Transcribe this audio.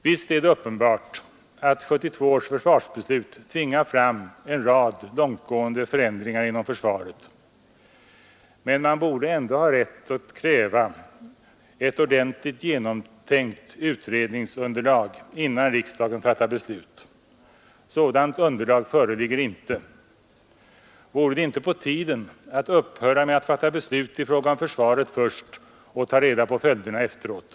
Visst är det uppenbart att 1972 års försvarsbeslut tvingar fram en rad långtgående förändringar inom försvaret, men man borde ändå ha rätt att kräva ett ordentligt genomtänkt utredningsunderlag innan riksdagen fattar beslut. Sådant underlag föreligger inte. Vore det inte på tiden att upphöra med att fatta beslut i fråga om försvaret först och ta reda på följderna efteråt?